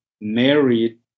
married